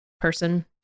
person